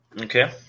Okay